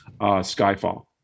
Skyfall